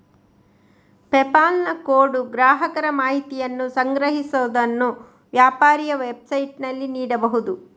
PayPal ನ code ಗ್ರಾಹಕರ ಮಾಹಿತಿಯನ್ನು ಸಂಗ್ರಹಿಸುವುದನ್ನು ವ್ಯಾಪಾರಿಯ ವೆಬ್ಸೈಟಿನಲ್ಲಿ ನೀಡಬಹುದು